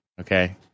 okay